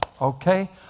okay